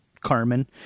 Carmen